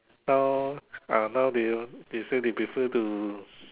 now ah now they they say they prefer to